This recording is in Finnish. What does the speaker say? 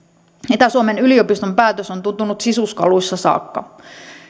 itä suomen yliopiston päätös on tuntunut sisuskaluissa saakka